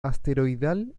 asteroidal